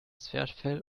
zwerchfell